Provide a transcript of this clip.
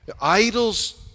Idols